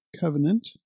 Covenant